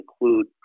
include